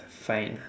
fine